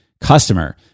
customer